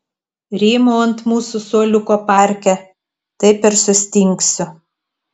rymau ant mūsų suoliuko parke taip ir sustingsiu